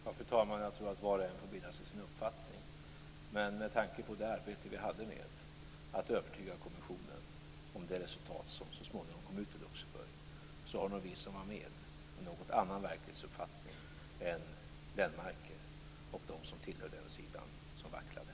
Fru talman! Var och en får väl bilda sig sin uppfattning. Med tanke på det arbete som vi hade med att övertyga kommissionen om det resultat som så småningom kom ut i Luxemburg har nog vi som var med en något annan verklighetsuppfattning än Göran Lennmarker och de som tillhör den sida som vacklade.